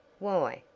why?